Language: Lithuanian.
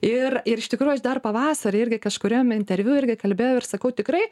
ir ir iš tikrųjų aš dar pavasarį irgi kažkuriam interviu irgi kalbėjau ir sakau tikrai